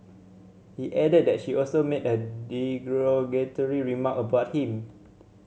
he added that she also made a remark about him